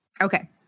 Okay